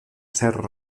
ser